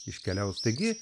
iškeliaus taigi